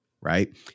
right